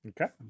Okay